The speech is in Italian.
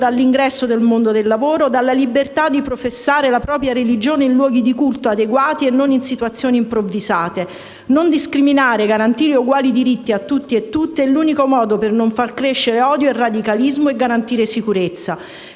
dall'ingresso nel mondo del lavoro, dalla libertà di professare la propria religione in luoghi di culto adeguati e non in situazioni improvvisate. Non discriminare, e quindi garantire uguali diritti a tutti e tutte, è l'unico modo per non far crescere odio e radicalismo e garantire sicurezza.